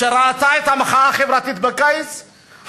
שראתה את המחאה החברתית בקיץ,